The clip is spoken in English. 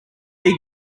big